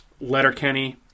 Letterkenny